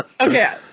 Okay